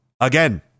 Again